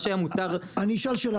מה שהיה מותר --- אני אשאל שאלה